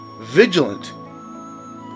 vigilant